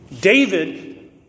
David